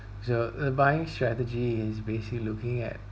so your buying strategy is basically looking at